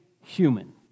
human